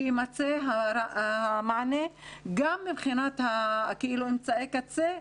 שיימצא המענה גם מבחינת אמצעי הקצה,